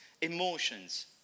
emotions